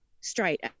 straight